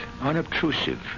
unobtrusive